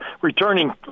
returning